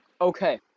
Okay